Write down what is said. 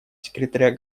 секретаря